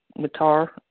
Guitar